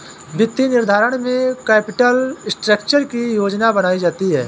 वित्तीय निर्धारण में कैपिटल स्ट्रक्चर की योजना बनायीं जाती है